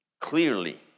clearly